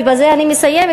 ובזה אני מסיימת,